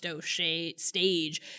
stage